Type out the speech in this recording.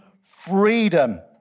freedom